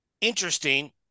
interesting